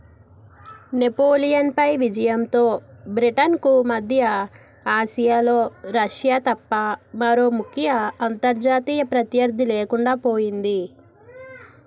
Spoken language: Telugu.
నెపోలియన్పై విజయంతో బ్రిటన్కు మధ్య ఆసియాలో రష్యా తప్ప మరో ముఖ్య అంతర్జాతీయ ప్రత్యర్థి లేకుండా పోయింది